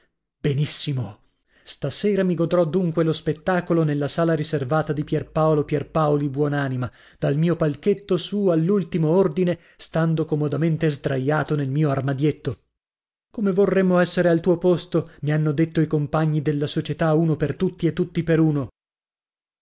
benissimo stasera mi godrò dunque lo spettacolo nella sala riservata di pierpaolo pierpaoli buonanima dal mio palchetto su all'ultimo ordine stando comodamente sdraiato nel mio armadietto come vorremmo essere al tuo posto mi hanno detto i compagni della società uno per tutti e tutti per uno